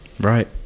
Right